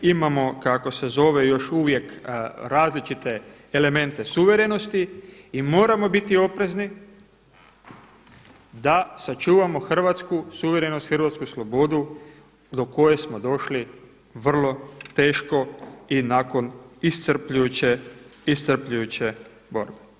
Imamo kako se zove, još uvijek različite elemente suvremenosti i moramo biti oprezni da sačuvamo hrvatsku suvremenost, hrvatsku slobodu do koje smo došli vrlo teško i nakon iscrpljujuće borbe.